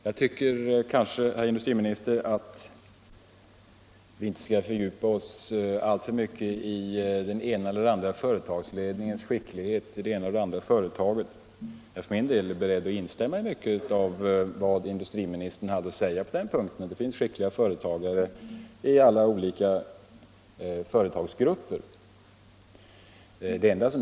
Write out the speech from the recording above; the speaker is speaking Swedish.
Jag tycker kanske, herr industriministern, att vi inte skall fördjupa oss alltför mycket i den ena eller andra företagsledningens skicklighet och i det avseendet jämföra det ena eller andra företaget. Jag är för min del beredd att instämma i mycket av vad industriministern hade att säga på den punkten. Det finns skickliga företagsledare inom alla företagsgrupper.